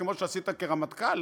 כמו שעשית כרמטכ"ל,